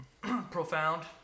profound